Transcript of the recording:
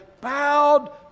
bowed